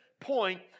point